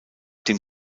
dem